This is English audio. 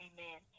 Amen